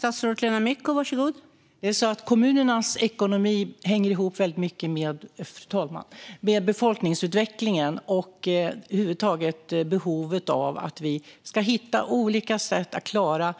Fru talman! Kommunernas ekonomi hänger väldigt mycket ihop med befolkningsutvecklingen och behovet av att hitta olika sätt att klara